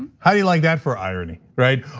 how do you like that for irony, right?